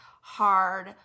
hard